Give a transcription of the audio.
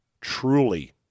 truly